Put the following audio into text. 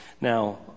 Now